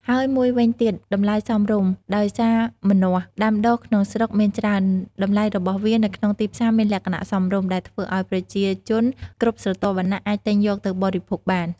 ហើយមួយវិញទៀតតម្លៃសមរម្យ ដោយសារម្នាស់ដាំដុះក្នុងស្រុកមានច្រើន តម្លៃរបស់វានៅក្នុងទីផ្សារមានលក្ខណៈសមរម្យ ដែលធ្វើឱ្យប្រជាជនគ្រប់ស្រទាប់វណ្ណៈអាចទិញយកទៅបរិភោគបាន។